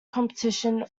competition